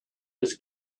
was